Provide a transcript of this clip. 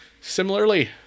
Similarly